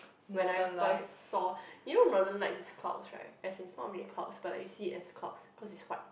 when I first saw you know northern light is clouds right as is not really clouds but I see as clouds because it's white